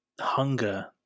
hunger